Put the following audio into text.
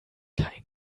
kein